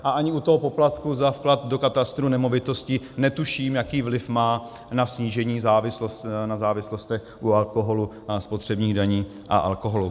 A ani u toho poplatku za vklad do katastru nemovitostí netuším, jaký vliv má na snížení na závislostech u alkoholu a spotřebních daní a alkoholu.